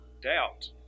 doubt